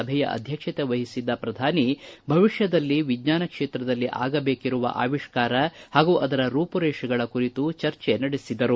ಸಭೆಯ ಅಧ್ಯಕ್ಷತೆ ವಹಿಸಿದ್ದ ಶ್ರಧಾನಿ ಭವಿಷ್ಠದಲ್ಲಿ ವಿಜ್ವಾನ ಕ್ಷೇತ್ರದಲ್ಲಿ ಆಗಬೇಕಿರುವ ಅವಿಷ್ಠಾರ ಹಾಗೂ ಅದರ ರೂಪುರೇಷೆಗಳ ಕುರಿತು ಚರ್ಚೆ ನಡೆಸಿದರು